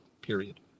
period